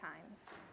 times